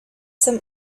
some